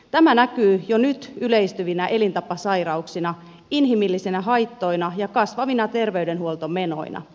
tämä näkyy jo nyt yleistyvinä elintapasairauksina inhimillisinä haittoina ja kasvavina terveydenhuoltomenoina